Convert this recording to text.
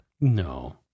No